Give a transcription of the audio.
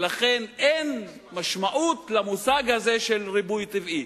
ולכן אין משמעות למושג הזה של ריבוי טבעי.